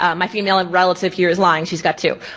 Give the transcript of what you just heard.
um my female and relative here is lying, she's got two.